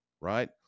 right